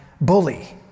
bully